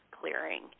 clearing